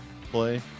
play